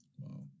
Wow